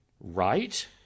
right